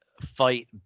fight